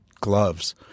gloves